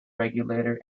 regulator